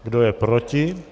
Kdo je proti?